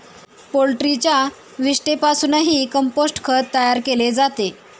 पोल्ट्रीच्या विष्ठेपासूनही कंपोस्ट खत तयार केले जाते